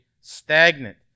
stagnant